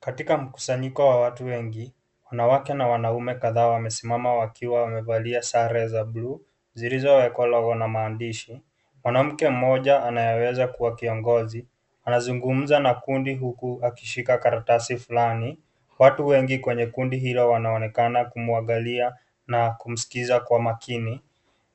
Katika mkusanyiko wa watu wengi wanawake na wanaume kadhaa wamesimama wakiwa wamevalia sare za buluu zilizowekwa logo na maandishi, mwanamke mmoja anayeweza kua kiongozi anazungumza na kundi huku akishika karatasi fulani, watu wengi kwenye kundi hilo wanaonekana kumuangalia na kumskiza kwa makini,